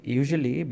usually